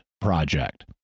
project